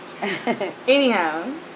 anyhow